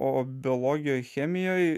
o biologijoj chemijoj